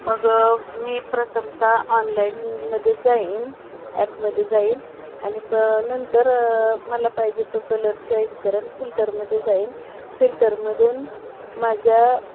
मग मी प्रथमत ऑनलाईनमध्ये जाईन ॲपमध्ये जाईन आणि प नंतर मला पाहिजे तो कलर चॉईस करेन फिल्टरमध्ये जाईन फिल्टरमधून माझ्या